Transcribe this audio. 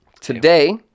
today